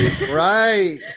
Right